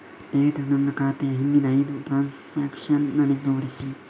ದಯವಿಟ್ಟು ನನ್ನ ಖಾತೆಯ ಹಿಂದಿನ ಐದು ಟ್ರಾನ್ಸಾಕ್ಷನ್ಸ್ ನನಗೆ ತೋರಿಸಿ